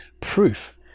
proof